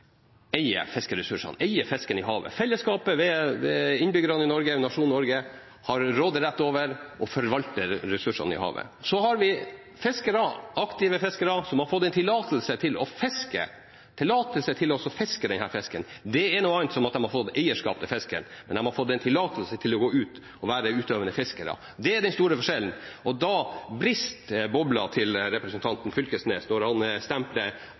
eier fiskeressursene, eier fisken i havet. Fellesskapet ved innbyggerne i Norge, ved nasjonen Norge, har råderett over og forvalter ressursene i havet. Så har vi fiskere, aktive fiskere som har fått tillatelse til å fiske, tillatelse til å fiske denne fisken. Det er noe annet enn at de har fått eierskap til fisken. De har fått tillatelse til å gå ut og være utøvende fiskere. Det er den store forskjellen. Da brister boblen til representanten Knag Fylkesnes, når han